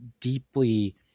deeply